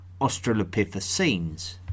Australopithecines